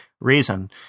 reason